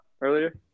earlier